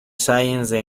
science